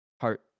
heart